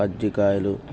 కజ్జికాయలు